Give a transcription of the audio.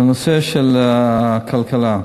לנושא הכלכלה.